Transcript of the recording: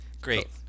great